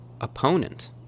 opponent